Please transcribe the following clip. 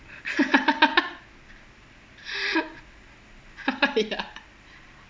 ya